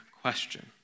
question